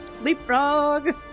Leapfrog